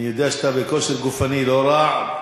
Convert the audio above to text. אני יודע שאתה בכושר גופני לא רע,